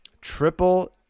Triple